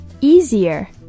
easier